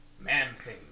Man-Thing